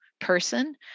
person